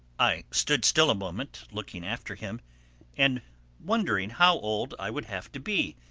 i stood still a moment looking after him and wondering how old i would have to be,